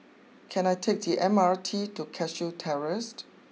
can I take T M R T to Cashew Terraced